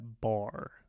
bar